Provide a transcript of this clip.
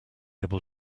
able